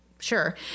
Sure